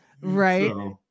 right